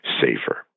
safer